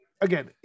again